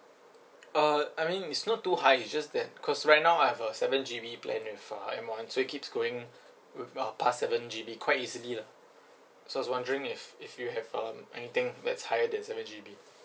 uh I mean it's not too high it's just that cause right now I have a seven G_B plan with uh M one so it keeps going with uh past seven G_B quite easily lah so was wondering if if you have um anything that's higher than seven G_B